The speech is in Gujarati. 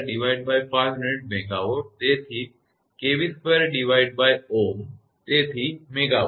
તેથી 1×10002500 MW તેથી 𝑘𝑉2Ω તેથી megawatt